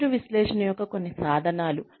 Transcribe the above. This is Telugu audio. పనితీరు విశ్లేషణ యొక్క కొన్ని సాధనాలు